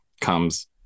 comes